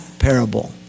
parable